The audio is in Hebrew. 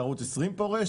ערוץ 20 פורש,